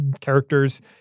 characters